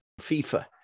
FIFA